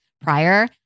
prior